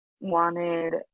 wanted